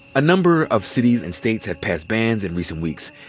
a number of cities and states have passed bans in recent weeks,